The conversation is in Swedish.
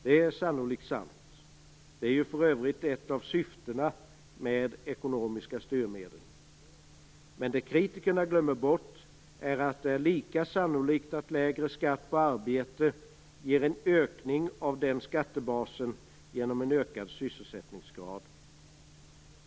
Det är antagligen sant - det är ju för övrigt ett av syftena med ekonomiska styrmedel. Kritikerna glömmer bort att det är lika sannolikt att lägre skatt på arbete ger en ökning av den skattebasen, genom en ökad sysselsättningsgrad.